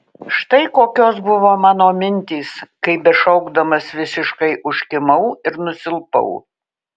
štai kokios buvo mano mintys kai bešaukdamas visiškai užkimau ir nusilpau